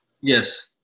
Yes